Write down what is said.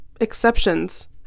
Exceptions